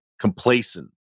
complacent